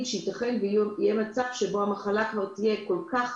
שייתכן שיהיה מצב שבו המחלה כבר תהיה כל כך